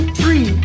three